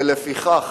ולפיכך,